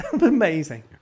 Amazing